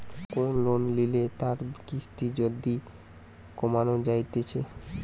কোন লোন লিলে তার কিস্তি যদি কমানো যাইতেছে